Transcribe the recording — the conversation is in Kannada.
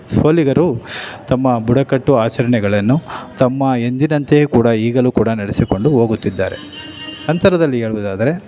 ಸೋಲಿಗರು ತಮ್ಮ ಬುಡಕಟ್ಟು ಆಚರಣೆಗಳನ್ನು ತಮ್ಮ ಎಂದಿನಂತೆಯೇ ಕೂಡ ಈಗಲೂ ಕೂಡ ನಡೆಸಿಕೊಂಡು ಹೋಗುತ್ತಿದ್ದಾರೆ ಅಂತರದಲ್ಲಿ ಹೇಳೋದಾದ್ರೆ